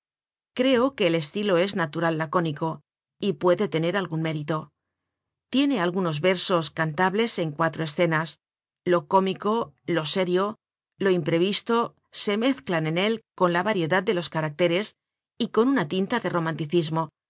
creo que el estilo es natural laconico y puede tener algun merito tiene algunos versos cantables en cuatro escenas lo comico lo se rio lo imprevisto se mezclan en con la variedad de los caractéres y con una tinta de romanticismo